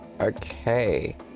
Okay